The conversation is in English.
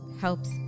helps